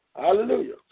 Hallelujah